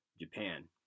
Japan